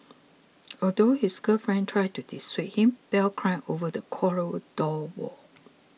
although his girlfriend tried to dissuade him Bell climbed over the corridor wall